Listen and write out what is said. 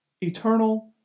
eternal